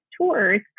tours